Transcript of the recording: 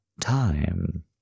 time